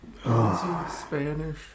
Spanish